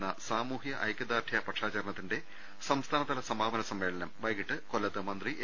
ക്കുന്ന സാമൂഹ്യ ഐക്യദാർഢ്യ പക്ഷാചരണത്തിന്റെ സംസ്ഥാനതല സമാ പന സമ്മേളനം വൈകിട്ട് കൊല്ലത്ത് മന്ത്രി എ